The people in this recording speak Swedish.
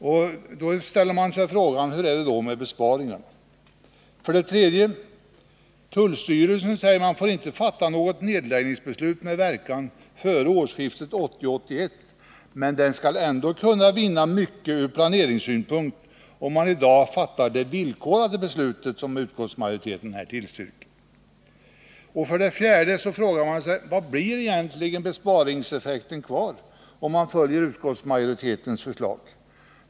Man ställer sig frågan hur det då blir med besparingarna. För det tredje får inte tullstyrelsen fatta något nedläggningsbeslut med verkan före årsskiftet 1980-1981, men skall ändå kunna vinna mycket ur planeringssynpunkt om den i dag fattar det villkorade beslut som utskottsmajoriteten här tillstyrker. För det fjärde frågar man sig vilken besparingseffekt det blir, om man följer utskottsmajoritetens förslag.